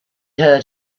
heard